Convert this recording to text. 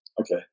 Okay